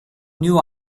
new